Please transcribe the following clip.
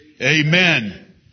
Amen